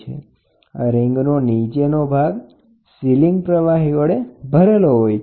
annular રીંગનો નીચેનો ભાગ સીલીંગ પ્રવાહી વડે ભરેલો હોય છે